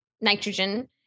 nitrogen